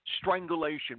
strangulation